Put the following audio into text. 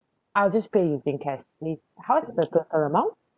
I'll just pay in in cash how much is the total amount